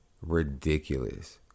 ridiculous